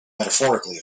metaphorically